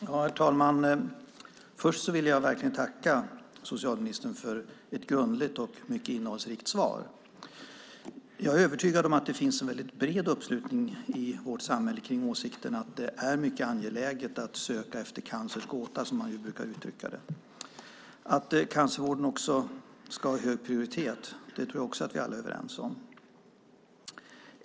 Herr talman! Först vill jag verkligen tacka socialministern för ett grundligt och mycket innehållsrikt svar. Jag är övertygad om att det finns en väldigt bred uppslutning i vårt samhälle kring åsikten att det är mycket angeläget att söka efter cancerns gåta, som man brukar uttrycka det. Att cancervården också ska ha hög prioritet tror jag också att vi alla är överens om.